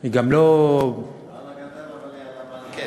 היא גם לא, היא לא על הגדר אבל היא על הבנקט.